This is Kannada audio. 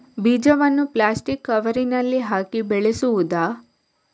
ಬೀಜವನ್ನು ಪ್ಲಾಸ್ಟಿಕ್ ಕವರಿನಲ್ಲಿ ಹಾಕಿ ಬೆಳೆಸುವುದಾ?